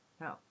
No